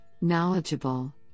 knowledgeable